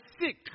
sick